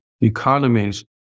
economies